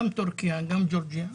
גם טורקיה, גם גיאורגיה ויוון.